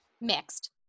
mixed